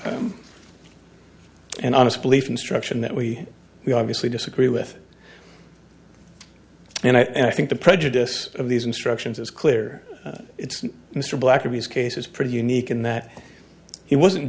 an honest belief instruction that we we obviously disagree with and i think the prejudice of these instructions is clear it's mr black of these cases pretty unique in that he wasn't